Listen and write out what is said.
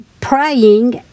praying